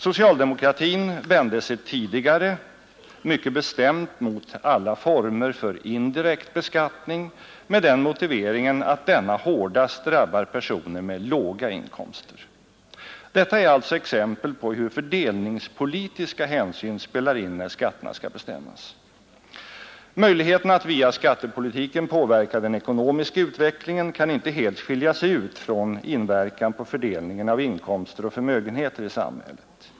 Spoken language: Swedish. Socialdemokratin vände sig tidigare mycket bestämt mot alla former för indirekt beskattning. med den motiveringen att denna hårdast drabbar personer med låga inkomster. Detta är alltså exempel på hur fördelningspolitiska hänsyn spelar in när skatterna skall bestämmas. Möjligheten att via skattepolitiken påverka den ekonomiska utvecklingen kan inte helt skiljas ut från inverkan på fördelningen av inkomster och förmögenheter i samhället.